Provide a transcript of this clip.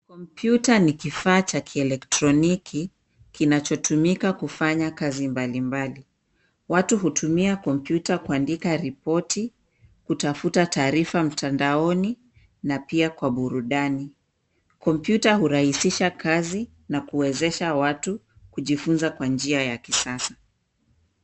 Kompyuta ni kifaa cha kielektroniki kinachotumika kufanya kazi mbalimbali. Watu hutumia kompyuta kuandika ripoti kutafuta taarifa mtandaoni na pia kwa burudani. Kompyuta urahisisha kazi na kuwezesha watu kujifunza kwa njia ya kisasa.